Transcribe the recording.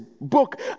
book